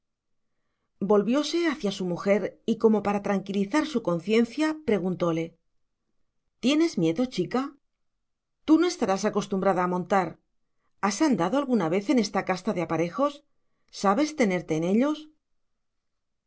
pollinas volvióse hacia su mujer y como para tranquilizar su conciencia preguntóle tienes miedo chica tú no estarás acostumbrada a montar has andado alguna vez en esta casta de aparejos sabes tenerte en ellos